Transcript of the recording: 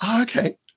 Okay